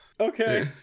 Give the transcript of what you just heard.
okay